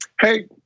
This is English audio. Hey